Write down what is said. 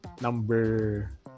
number